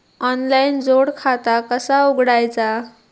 Online जोड खाता कसा उघडायचा?